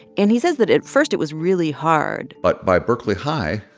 and he says that at first it was really hard but by berkeley high,